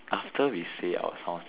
after we say our source then